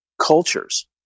cultures